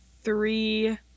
three